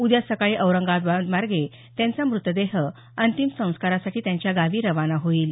उद्या सकाळी औरंगाबादमार्गे त्यांचा मृतदेह अंतिम संस्कारांसाठी त्यांच्या गावी रवाना होईल